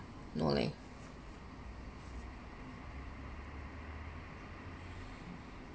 no leh